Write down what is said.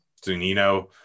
Zunino